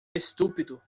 estúpido